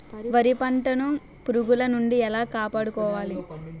వరి పంటను పురుగుల నుండి ఎలా కాపాడుకోవాలి?